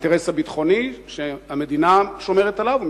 האינטרס הביטחוני שהמדינה שומרת עליו,